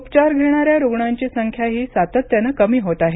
उपचार घेणाऱ्या रुग्णांची संख्याही सातत्याने कमी होत आहे